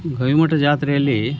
ಗವಿ ಮಠದ ಜಾತ್ರೆಯಲ್ಲಿ